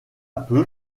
peu